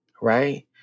Right